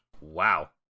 wow